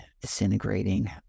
disintegrating